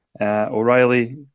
O'Reilly